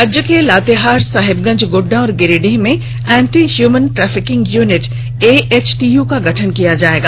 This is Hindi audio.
राज्य के लातेहार साहेबगंज गोड्डा और गिरिडीह में anti human trafficking unit AHTU का गठन किया जाएगा